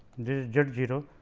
this is z zero.